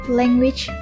language